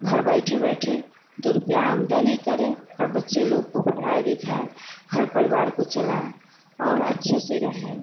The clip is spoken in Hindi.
घर बैठे बैठे कृपया आमदनी करें और बच्चे लोग को पढ़ाए लिखाए घर परिवार को चलाए और अच्छे से रहे